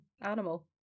animal